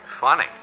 Funny